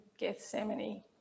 Gethsemane